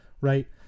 right